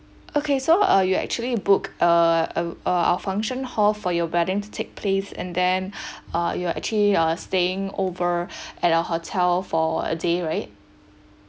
okay so uh you actually book a uh our function hall for your wedding to take place and then uh you are actually uh staying over at our hotel for a day right